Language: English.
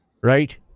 Right